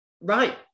Right